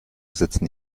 setzen